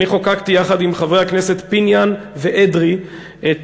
אני חוקקתי יחד עם חברי הכנסת פיניאן ואדרי את